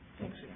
thanks